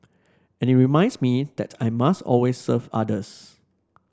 and it reminds me that I must always serve others